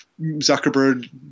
Zuckerberg